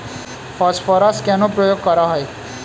Phosphorus কেন প্রয়োগ করা হয়?